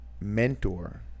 mentor